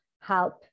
help